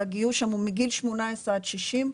והגיוס שם הוא מגיל 18 עד 60,